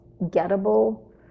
gettable